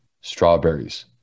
strawberries